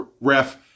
Ref